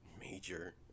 major